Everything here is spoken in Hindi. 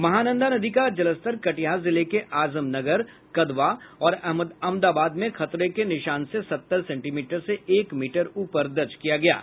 महानंदा नदी का जलस्तर कटिहार जिले के आजमनगर कदवा और अमदाबाद में खतरे के निशान से सत्तर सेंटीमीटर से एक मीटर ऊपर दर्ज किया गया है